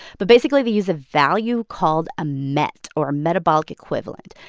but basically, they use a value called a met or a metabolic equivalent.